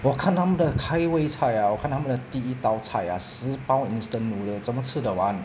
我看他们的开胃菜啊我看他们的第一道菜啊十包 instant noodle 怎么吃得完